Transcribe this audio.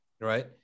right